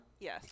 Yes